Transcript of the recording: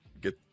get